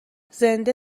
زنده